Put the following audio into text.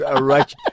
Right